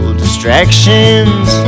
distractions